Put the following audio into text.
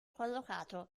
collocato